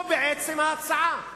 זו בעצם ההצעה.